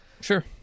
Sure